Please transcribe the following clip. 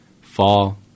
Fall